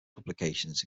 publications